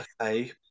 Okay